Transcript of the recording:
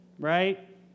right